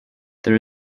there